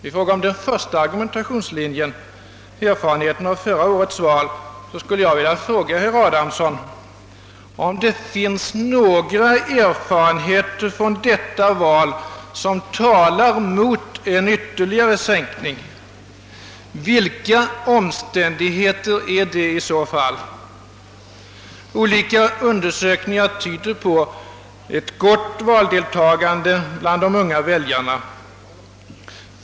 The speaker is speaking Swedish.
I fråga om den första argumentationslinjen, erfarenheterna av förra årets val, skulle jag vilja fråga herr Adamsson, om det finns några sådana från detta val som talar mot en ytterligare sänkning. Vilka omständigheter är det i så fall? Olika undersökningar tyder på ett gott valdeltagande bland de unga väljarna.